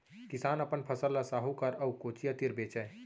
किसान अपन फसल ल साहूकार अउ कोचिया तीर बेचय